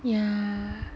yeah